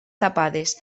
tapades